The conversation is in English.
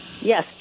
Yes